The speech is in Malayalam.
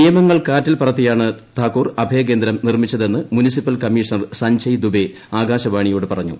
നിയമങ്ങൾ കാറ്റിൽ പറത്തിയാണ് താക്കൂർ ആഭ്യകേന്ദ്രം നിർമ്മിച്ചതെന്ന് മുനിസിപ്പൽ കമ്മീഷണ്ണ്ട് സ്ഞ്ജയ് ദുബെ ആകാശവാണിയോട് പറഞ്ഞു